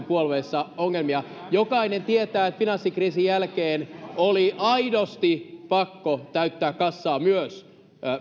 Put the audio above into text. puolueissa ongelmia jokainen tietää että finanssikriisin jälkeen oli aidosti pakko täyttää kassaa myös